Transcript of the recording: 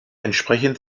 entsprechend